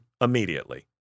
immediately